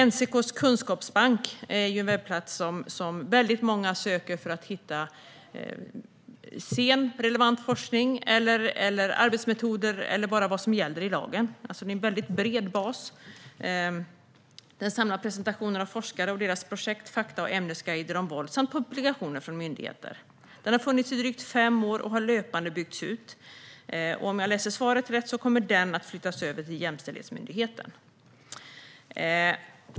NCK:s kunskapsbank är en webbplats som väldigt många söker i för att hitta relevant forskning, arbetsmetoder eller bara vad som gäller i lagen. Det är alltså en väldigt bred bas. Den samlar presentationer av forskare och deras projekt, fakta och ämnesguider om våld samt publikationer från myndigheter. Den har funnits i drygt fem år och har löpande byggts ut. Om jag läser svaret rätt kommer den att flyttas över till jämställdhetsmyndigheten.